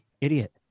idiot